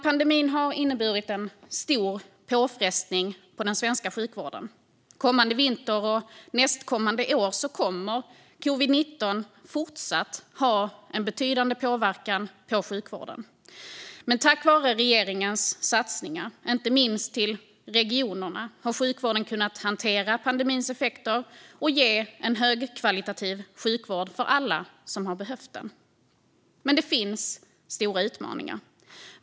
Pandemin har inneburit en stor påfrestning på den svenska sjukvården. Kommande vinter och nästkommande år kommer covid-19 fortsatt att ha en betydande påverkan på sjukvården. Tack vare regeringens satsningar, inte minst till regionerna, har dock sjukvården kunnat hantera pandemins effekter och ge en högkvalitativ sjukvård åt alla som har behövt den. Men det finns stora utmaningar.